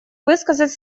высказать